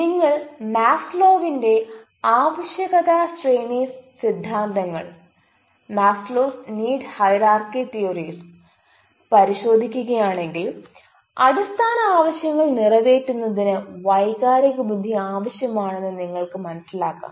നിങ്ങൾ മാസ്ലോവിന്റെ ആവശ്യകത ശ്രേണി സിദ്ധാന്തങ്ങൾ Maslow's need hierarchy theoriesപരിശോധിക്കുകയാണെങ്കിൽ അടിസ്ഥാന ആവശ്യങ്ങൾ നിറവേറ്റുന്നതിന് വൈകാരിക ബുദ്ധി ആവശ്യമാണെന്ന് നിങ്ങൾക്ക് മനസിലാക്കാം